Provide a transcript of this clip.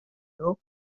nhw